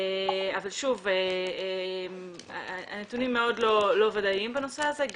אבל שוב, הנתונים מאוד לא וודאיים בנושא הזה.